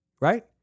Right